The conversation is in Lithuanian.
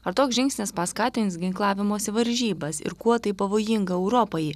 ar toks žingsnis paskatins ginklavimosi varžybas ir kuo tai pavojinga europai